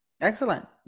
Excellent